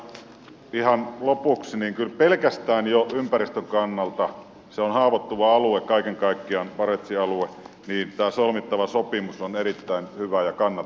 ihan lopuksi niin kyllä pelkästään jo ympäristön kannalta se barentsin alue on haavoittuva alue kaiken kaikkiaan tämä solmittava sopimus on erittäin hyvä ja kannatettava